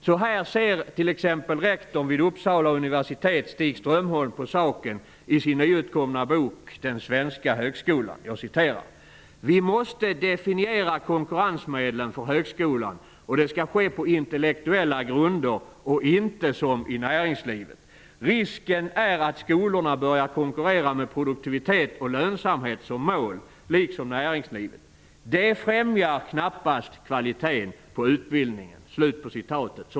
Så här ser t.ex. rektorn vi Uppsala universitet, Stig Strömholm, på saken i sin nyutkomna bok Den svenska högskolan: ''Vi måste definiera konkurrensmedlen för högskolan och det skall ske på intellektuella grunder och inte som i näringslivet. Risken är att skolorna börjar konkurrera med produktivitet och lönsamhet som mål, liksom näringslivet. Det främjar knappast kvaliteten på utbildningen.''